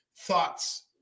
thoughts